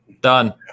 Done